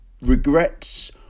regrets